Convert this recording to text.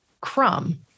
crumb